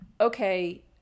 Okay